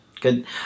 Good